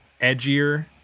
edgier